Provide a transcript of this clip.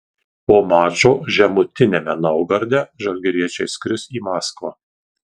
po mačo žemutiniame naugarde žalgiriečiai skris į maskvą